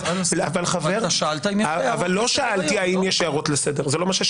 -- אדוני -- חבר הכנסת -- אבל שאלת אם יש הערות לסדר.